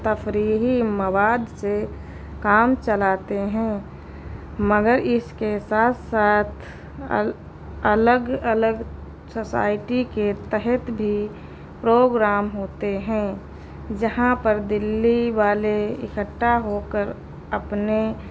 تفریحی مواد سے کام چلاتے ہیں مگر اس کے ساتھ ساتھ الگ الگ سوسائٹی کے تحت بھی پروگرام ہوتے ہیں جہاں پر دلی والے اکھٹا ہو کر اپنے